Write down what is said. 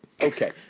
okay